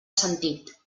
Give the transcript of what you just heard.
sentit